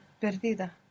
perdida